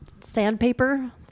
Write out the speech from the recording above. sandpaper